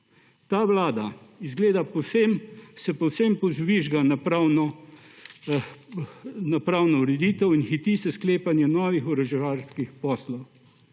da se povsem požvižga na pravno ureditev in hiti s sklepanjem novih orožarskih poslov.